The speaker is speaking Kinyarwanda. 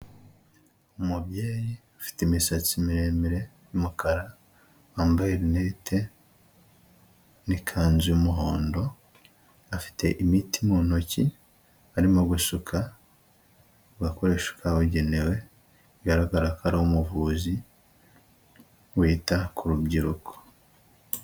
Umubyeyi ufite imisatsi miremire y'umukara, wambaye rinete n'ikanzu y'umuhondo, afite imiti mu ntoki, arimo gusuka mu gakoresho kabugenewe bigaragara ko ari umuvuzi wita ku rubyiruko.